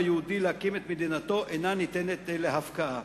היהודי להקים את מדינתו אינה ניתנת להפקעה.